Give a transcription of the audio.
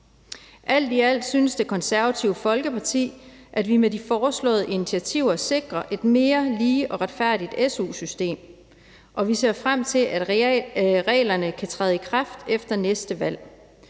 Alt i alt synes Det Konservative Folkeparti, at vi med de foreslåede initiativer sikrer et mere lige og retfærdigt su-system, og vi ser frem til, at reglerne kan træde i kraft efter næste valg.